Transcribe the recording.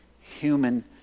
human